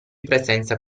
presenza